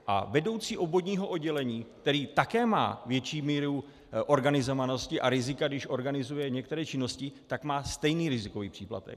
A vedoucí obvodního oddělení, který také má větší míru organizovanosti a rizika, když organizuje některé činnosti, tak má stejný rizikový příplatek.